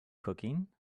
cooking